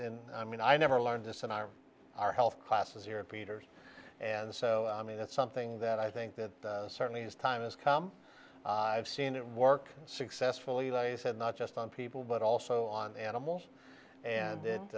in i mean i never learned this in our our health classes era peters and so i mean that's something that i think that certainly as time has come i've seen it work successfully like i said not just on people but also on animals and it